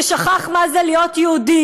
ששכח מה זה להיות יהודי,